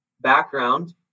background